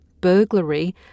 burglary